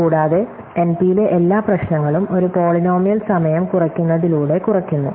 കൂടാതെ എൻപിയിലെ എല്ലാ പ്രശ്നങ്ങളും ഒരു പോളിനോമിയൽ സമയം കുറയ്ക്കുന്നതിലൂടെ കുറയ്ക്കുന്നു